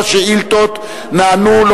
כל השאילתות נענו,